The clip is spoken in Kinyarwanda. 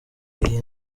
iyi